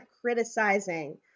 criticizing